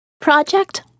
Project